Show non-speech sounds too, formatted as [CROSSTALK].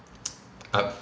[NOISE] I